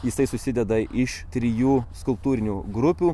jisai susideda iš trijų skulptūrinių grupių